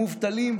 המובטלים,